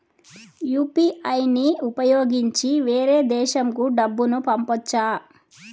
UPI ని ఉపయోగించి వేరే దేశంకు డబ్బును పంపొచ్చా?